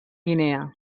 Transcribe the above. guinea